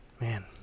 Man